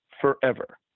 forever